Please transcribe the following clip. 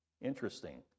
Interesting